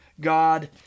God